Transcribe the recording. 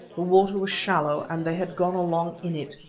the water was shallow, and they had gone along in it,